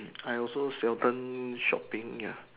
I also seldom shopping ya